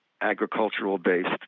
agricultural-based